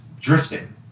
drifting